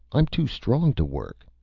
i'm too strong to work,